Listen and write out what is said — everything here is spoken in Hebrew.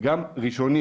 ואלה שלוש מאות,